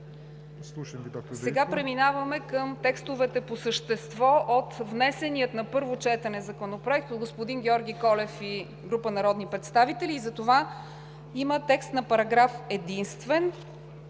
Сега преминаваме към текстовете по същество от внесения на първо четене Законопроект от господин Георги Колев и група народни представители. Затова има текст на параграф единствен.